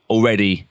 Already